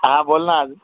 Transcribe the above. हां बोल ना